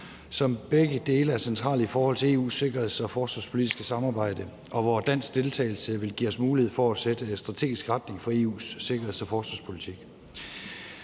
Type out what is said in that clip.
Begge dele er centrale i forhold til EU's de sikkerheds- og forsvarspolitiske samarbejde, og dansk deltagelse vil give os mulighed for at sætte en strategisk retning for EU's sikkerheds- og forsvarspolitik.